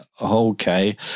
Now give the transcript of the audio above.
okay